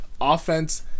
offense